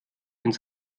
ins